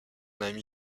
ami